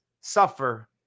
suffer